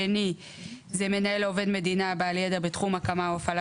זה מנהל עובד מדינה בעל ידע בתחום הקמה והפעלה